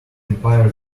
empire